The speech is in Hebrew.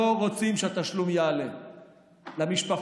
לא רוצים שהתשלום יעלה למשפחות.